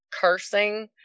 cursing